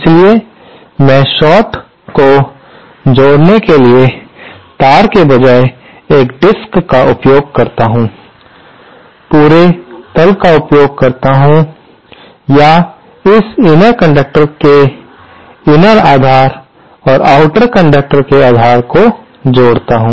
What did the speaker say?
इसलिए मैं शार्ट को जोड़ने के लिए तार की बजाय एक डिस्क का प्रयोग करता हूं पूरे तल का उपयोग करता हूं या इस इनर कंडक्टर के इनर आधार और आउटर कंडक्टर के आधार को जोड़ता हूं